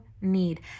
need